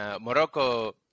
Morocco